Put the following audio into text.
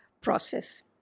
process